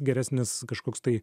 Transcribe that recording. geresnis kažkoks tai